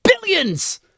billions